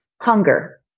hunger